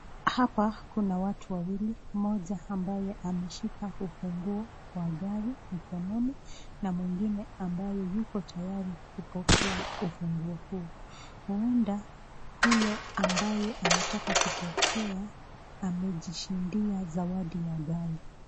Hapa kuna watu wawili . Mmoja ambaye ameshika ufunguo wa gari mkononi na mwingine ambaye yuko tayari kupokea ufunguo huu . Huenda huyo ambaye anataka kupokea amejishindia zawadi ya gari.